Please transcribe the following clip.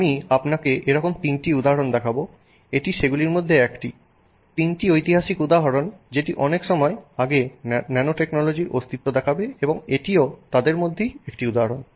আমি আপনাকে এরকম তিনটি উদাহরণ দেখাবো এটি সেগুলির মধ্যে একটি তিনটি ঐতিহাসিক উদাহরণ যেটি অনেক সময় আগে ন্যানোটেকনোলজির অস্তিত্ব দেখাবে এবং এটিও তাদের মধ্যেই একটি উদাহরণ